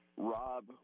rob